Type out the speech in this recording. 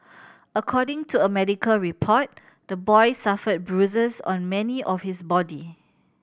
according to a medical report the boy suffered bruises on many of his body